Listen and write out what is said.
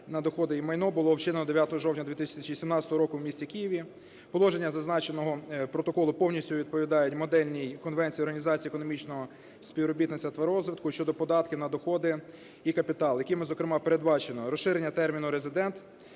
на доходи і майно було вчинено 9 жовтня 2017 року в місті Києві. Положення зазначеного протоколу повністю відповідають модельній Конвенції організації економічного співробітництва та розвитку щодо податків на доходи і капітал, якими, зокрема, передбачено розширення терміну "резидент"